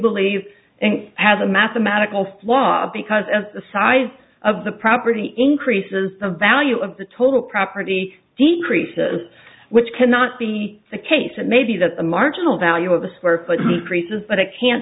think has a mathematical law because of the size of the property increases the value of the total property decreases which cannot be the case it may be that the marginal value of a square foot creases but i can